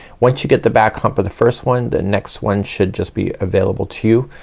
once you get the back hump for the first one the next one should just be available to you.